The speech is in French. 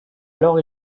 alors